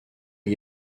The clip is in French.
est